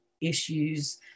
issues